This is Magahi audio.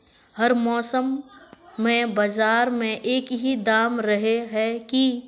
हर मौसम में बाजार में एक ही दाम रहे है की?